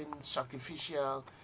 sacrificial